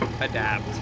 adapt